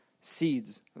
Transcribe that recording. seeds